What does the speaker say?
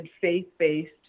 faith-based